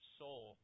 soul